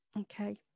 Okay